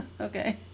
okay